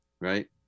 right